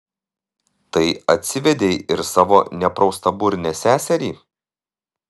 tai atsivedei ir savo nepraustaburnę seserį